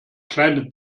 kleine